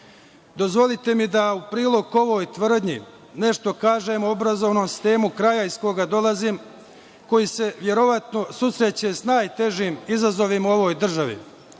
Dozvolite mi da u prilog ovoj tvrdnji nešto kažem o obrazovnom sistemu kraja iz kojeg dolazim, koji se verovatno susreće sa najtežim izazovima u ovoj državi.